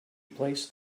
placed